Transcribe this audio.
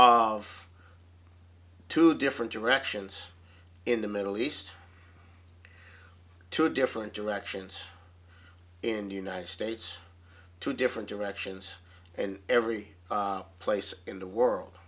of two different directions in the middle east two different directions in united states two different directions and every place in the world